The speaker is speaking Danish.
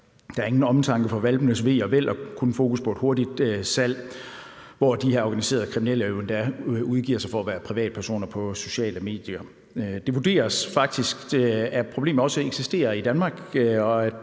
Der er ingen omtanke for hvalpenes ve og vel og kun fokus på et hurtigt salg, hvor de her organiserede kriminelle jo endda udgiver sig for at være privatpersoner på sociale medier. Det vurderes faktisk, at problemet også eksisterer i Danmark,